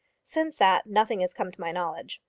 since that nothing has come to my knowledge.